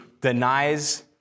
denies